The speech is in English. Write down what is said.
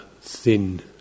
thin